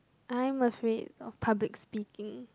I'm afraid of public speaking